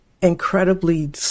incredibly